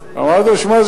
אמרתי לו: שמע,